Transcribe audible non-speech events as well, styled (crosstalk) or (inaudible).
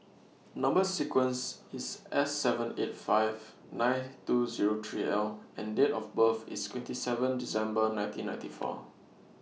(noise) Number sequence IS S seven eight five nine two Zero three L and Date of birth IS twenty seven December nineteen ninety four